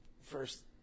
First